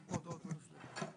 (הצגת מצגת)